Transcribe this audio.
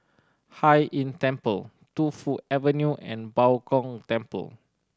Hai Inn Temple Tu Fu Avenue and Bao Gong Temple